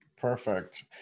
Perfect